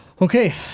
Okay